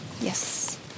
Yes